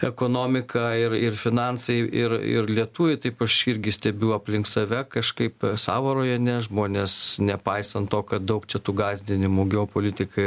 ekonomika ir ir finansai ir ir lietuviai taip aš irgi stebiu aplink save kažkaip savo rajone žmonės nepaisant to kad daug čia tų gąsdinimų geopolitikai